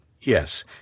yes